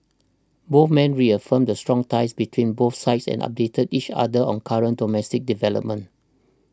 both men reaffirmed the strong ties between both sides and updated each other on current domestic developments